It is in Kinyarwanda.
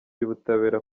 y’ubutabera